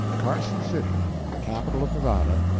carson city, the capital of nevada,